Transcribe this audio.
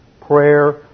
prayer